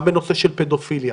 גם בנושא של פדופיליה,